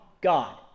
God